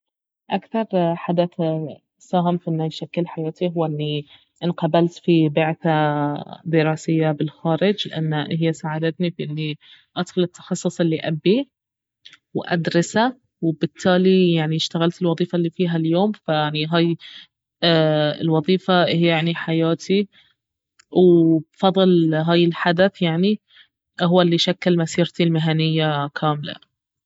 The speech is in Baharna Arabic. اكثر حدث ساهم في انه يشكل حياتي هو اني انقبلت في بعثة دراسية بالخارج لان اهي ساعدتني في اني ادخل التخصص الي ابيه وادرسه وبالتالي يعني اشتغلت الوظيفة الي فيها اليوم فيعني هاي الوظيفة اهي يعني حياتي وبفضل هاي الحدث يعني اهو الي شكل مسيرتي المهنية كاملة